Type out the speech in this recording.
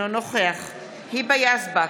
אינו נוכח היבה יזבק,